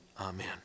amen